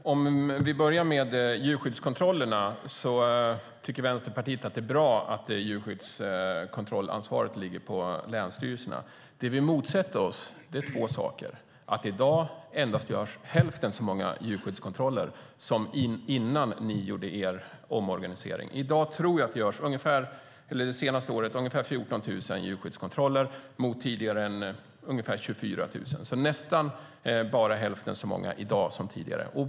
Fru talman! Låt oss börja med djurskyddskontrollerna. Vänsterpartiet tycker att det är bra att djurskyddskontrollansvaret ligger på länsstyrelserna, men vi motsätter oss några saker. En är att det i dag endast görs hälften så många djurskyddskontroller som innan ni gjorde er omorganisering. Under det senaste året tror jag att det har gjorts ungefär 14 000 djurskyddskontroller mot tidigare ungefär 24 000 kontroller om året. Det är alltså nästan bara hälften så många i dag som tidigare.